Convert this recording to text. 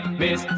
miss